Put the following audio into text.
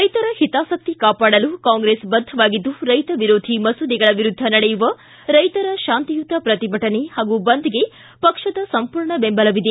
ರೈತರ ಹಿತಾಸಕ್ತಿ ಕಾಪಾಡಲು ಕಾಂಗ್ರೆಸ್ ಬದ್ದವಾಗಿದ್ದು ರೈತ ವಿರೋಧಿ ಮಸೂದೆಗಳ ವಿರುದ್ದ ನಡೆಯುವ ರೈತರ ಶಾಂತಿಯುತ ಪ್ರತಿಭಟನೆ ಹಾಗೂ ಬಂದ್ಗೆ ಪಕ್ಷದ ಸಂಪೂರ್ಣ ಬೆಂಬಲವಿದೆ